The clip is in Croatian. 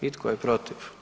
I tko je protiv?